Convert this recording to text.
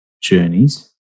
journeys